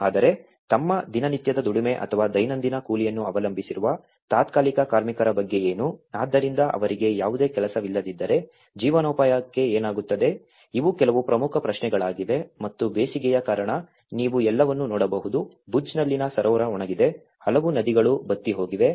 ಆದರೆ ತಮ್ಮ ದಿನನಿತ್ಯದ ದುಡಿಮೆ ಅಥವಾ ದೈನಂದಿನ ಕೂಲಿಯನ್ನು ಅವಲಂಬಿಸಿರುವ ತಾತ್ಕಾಲಿಕ ಕಾರ್ಮಿಕರ ಬಗ್ಗೆ ಏನು ಆದ್ದರಿಂದ ಅವರಿಗೆ ಯಾವುದೇ ಕೆಲಸವಿಲ್ಲದಿದ್ದರೆ ಜೀವನೋಪಾಯಕ್ಕೆ ಏನಾಗುತ್ತದೆ ಇವು ಕೆಲವು ಪ್ರಮುಖ ಪ್ರಶ್ನೆಗಳಾಗಿವೆ ಮತ್ತು ಬೇಸಿಗೆಯ ಕಾರಣ ನೀವು ಎಲ್ಲವನ್ನೂ ನೋಡಬಹುದು ಭುಜ್ನಲ್ಲಿನ ಸರೋವರ ಒಣಗಿದೆ ಹಲವು ನದಿಗಳು ಬತ್ತಿ ಹೋಗಿವೆ